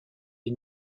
les